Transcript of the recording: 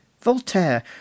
voltaire